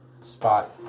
spot